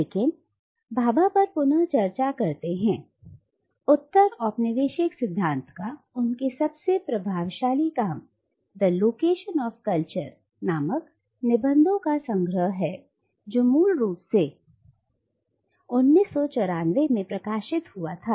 लेकिन बाबा भाभा पर पुनः चर्चा करते हैं उत्तर औपनिवेशिक सिद्धांत का उनका सबसे प्रभावशाली काम द लोकेशन ऑफ कल्चर नामक निबंधों का संग्रह है जो मूल रूप से 1994 में प्रकाशित हुआ था